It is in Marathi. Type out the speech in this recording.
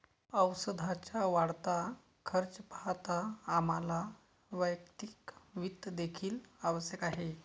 औषधाचा वाढता खर्च पाहता आम्हाला वैयक्तिक वित्त देखील आवश्यक आहे